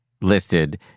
listed